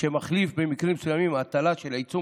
שמחליף במקרים מסוימים הטלה של עיצום